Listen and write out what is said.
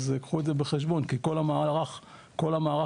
קחו את זה בחשבון כי כל המערך השתנה,